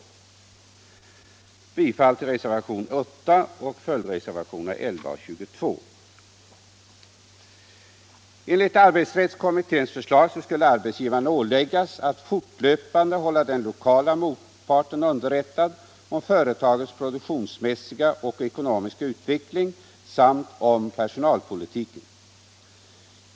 Jag yrkar bifall till reservationen 8 och till följdreservationerna 11 och 22. Enligt arbetsrättskommitténs förslag skulle arbetsgivarna åläggas att fortlöpande hålla den lokala motparten underrättad om företagets produktionsmässiga och ekonomiska utveckling samt om personalpolitiken.